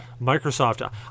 Microsoft